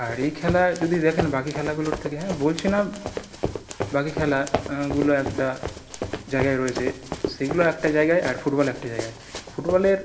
আর এই খেলা যদি দেখেন বাকি খেলাগুলোর থেকে হ্যাঁ বলছি না বাকি খেলাগুলো একটা জায়গায় রয়েছে সেগুলো একটা জায়গায় আর ফুটবল একটা জায়গায় ফুটবলের